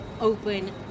open